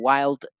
Wild